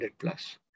plus